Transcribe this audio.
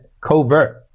covert